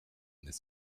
this